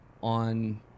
on